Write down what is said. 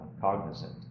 cognizant